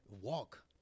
walk